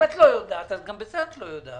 אם את לא יודעת, אז גם בזה את לא יודעת.